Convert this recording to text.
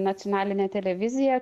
nacionalinę televiziją